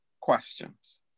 questions